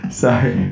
sorry